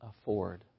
afford